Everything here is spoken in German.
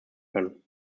kann